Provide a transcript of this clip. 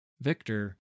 Victor